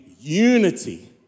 unity